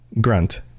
Grunt